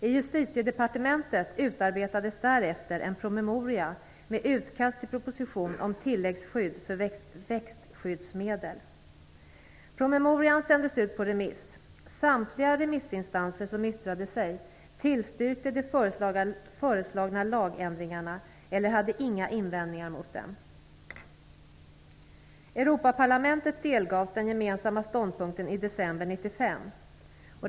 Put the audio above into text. I Justitiedepartementet utarbetades därefter en promemoria med utkast till proposition om tilläggsskydd för växtskyddsmedel. Promemorian sändes ut på remiss. Samtliga remissinstanser som yttrade sig tillstyrkte de föreslagna lagändringarna eller hade inga invändningar mot dem. Europaparlamentet delgavs den gemensamma ståndpunkten i december 1995.